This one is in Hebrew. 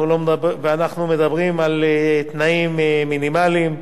אנחנו מדברים על תנאים מינימליים.